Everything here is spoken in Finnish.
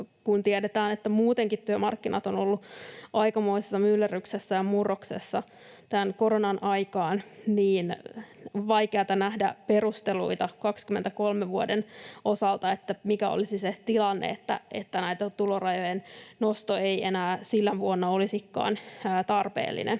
Kun tiedetään, että muutenkin työmarkkinat ovat olleet aikamoisessa myllerryksessä ja murroksessa tämän koronan aikaan, niin on vaikeata nähdä perusteluita vuoden 23 osalta, että mikä olisi se tilanne, että näitten tulorajojen nosto ei enää sinä vuonna olisikaan tarpeellinen.